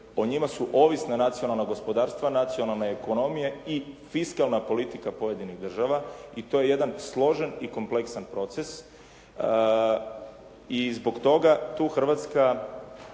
o njima su ovisna nacionalna gospodarstva, nacionalne ekonomije i fiskalna politika pojedinih država i to je jedan složen i kompleksan proces. I zbog toga tu Hrvatska